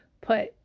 put